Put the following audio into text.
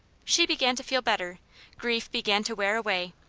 she began to feel better grief began to wear away,